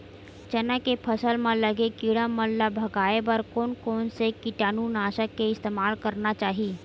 चना के फसल म लगे किड़ा मन ला भगाये बर कोन कोन से कीटानु नाशक के इस्तेमाल करना चाहि?